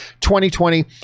2020